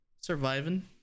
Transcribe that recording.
surviving